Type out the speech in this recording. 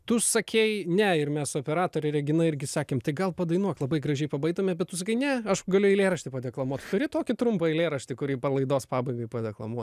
tu sakei ne ir mes operatorė regina irgi sakėm tai gal padainuok labai gražiai pabaigtume bet tu sakai ne aš galiu eilėraštį padeklamuot turi tokį trumpą eilėraštį kurį palaidos pabaigai padeklamuot